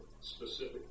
specific